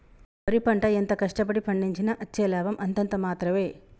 వరి పంట ఎంత కష్ట పడి పండించినా అచ్చే లాభం అంతంత మాత్రవే